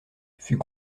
fut